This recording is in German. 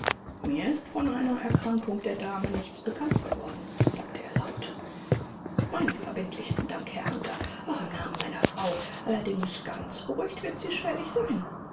mir ist von einer erkrankung der dame nichts bekannt geworden sagte er laut meinen verbindlichsten dank herr hunter auch im namen meiner frau allerdings ganz beruhigt wird sie schwerlich sein